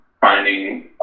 finding